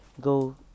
go